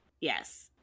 yes